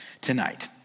tonight